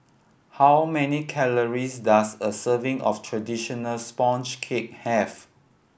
how many calories does a serving of traditional sponge cake have